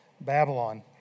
Babylon